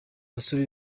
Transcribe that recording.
abasore